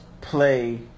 play